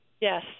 Yes